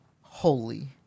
holy